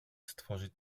stworzyć